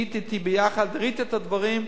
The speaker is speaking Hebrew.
היית אתי ביחד וראית את הדברים.